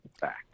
back